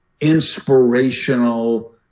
inspirational